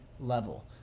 level